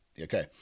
Okay